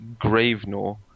Gravenor